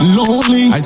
lonely